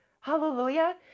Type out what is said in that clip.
Hallelujah